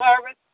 Service